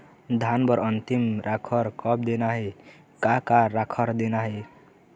धान बर अन्तिम राखर कब देना हे, का का राखर देना हे?